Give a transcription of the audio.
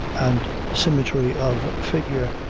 and symmetry of figure,